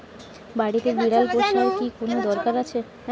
বাড়িতে বিড়াল পোষার কি কোন দরকার আছে?